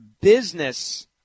business